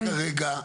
רגע.